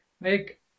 make